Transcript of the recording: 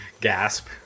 gasp